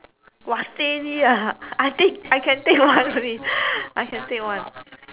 !wah! steady lah I think I can take one only I can take one